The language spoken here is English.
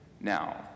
now